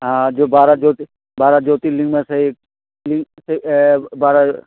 हाँ जो बारह ज्योति बारह ज्योतिर्लिंग में से एक बारह